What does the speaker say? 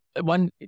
one